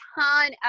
ton